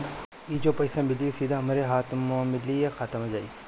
ई जो पइसा मिली सीधा हमरा हाथ में मिली कि खाता में जाई?